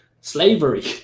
slavery